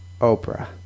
Oprah